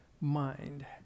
mind